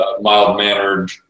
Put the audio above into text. mild-mannered